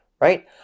right